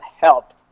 help